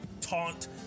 taunt